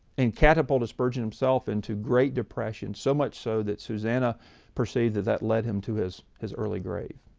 and catapulted spurgeon himself into great depression. so much so that susannah perceived that that led him to his his early grave.